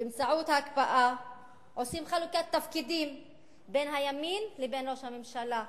באמצעות ההקפאה עושים חלוקת תפקידים בין הימין לבין ראש הממשלה,